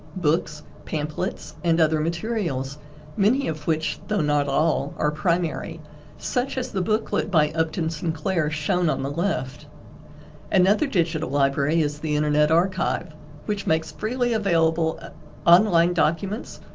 books, pamphlets, and other materials many of which. though not all, are primary such as the booklet by upton sinclair shown on the left another digital library is the internet archive which makes freely available online documents,